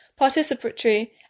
participatory